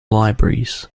libraries